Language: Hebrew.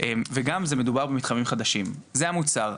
וגם זה מדובר במתחמים חדשים, זה המוצר.